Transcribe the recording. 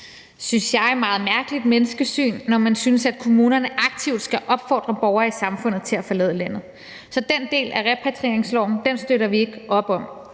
– synes jeg – om et meget mærkeligt menneskesyn, når man synes, at kommunerne aktivt skal opfordre borgere i samfundet til at forlade landet. Så den del af repatrieringsloven støtter vi ikke op om,